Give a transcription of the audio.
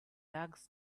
asked